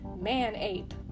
Man-Ape